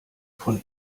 von